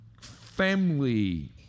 family